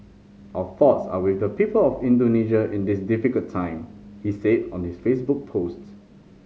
our thoughts are with the people of Indonesia in this difficult time he said on his Facebook post